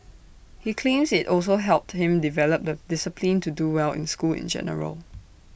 he claims IT also helped him develop the discipline to do well in school in general